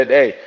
Hey